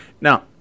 Now